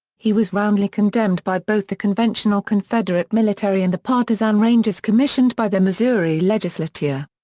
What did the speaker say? he was roundly condemned by both the conventional confederate military and the partisan rangers commissioned by the missouri legislature.